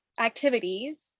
activities